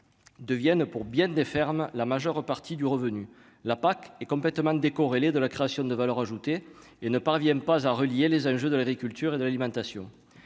deviennent pour bien des fermes, la majeure partie du revenu la PAC est complètement décorrélé de la création de valeur ajoutée et ne parvient pas à relier les enjeux de l'agriculture et de l'alimentation,